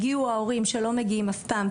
הגיעו ההורים שלא מגיעים אף פעם,